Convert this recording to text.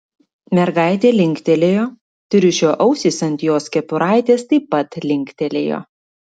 mergaitė linktelėjo triušio ausys ant jos kepuraitės taip pat linktelėjo